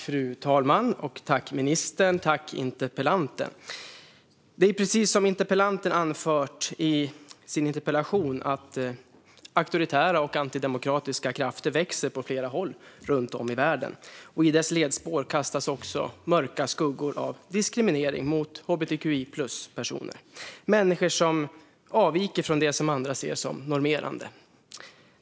Fru talman! Det är precis som interpellanten anfört i sin interpellation: Auktoritära och antidemokratiska krafter växer på flera håll runt om i världen. I spåren av detta kastas också mörka skuggor av diskriminering mot hbtqi-plus-personer, människor som avviker från det som andra ser som normerande.